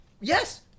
yes